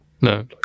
no